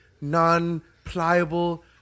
non-pliable